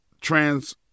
trans